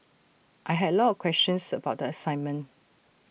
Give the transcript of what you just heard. I had A lot of questions about the assignment